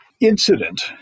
incident